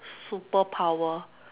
superpower